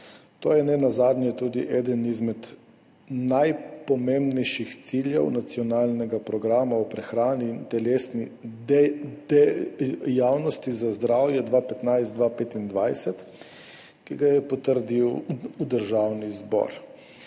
to je nenazadnje tudi eden izmed najpomembnejših ciljev Nacionalnega programa o prehrani in telesni dejavnosti za zdravje 2015–2025, ki ga je potrdil Državni zbor.